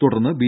തുടർന്ന് ബി